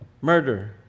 Murder